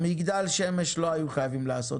את מגדל השמש לא היו חייבים לעשות,